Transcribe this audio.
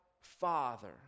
father